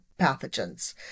pathogens